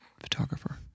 photographer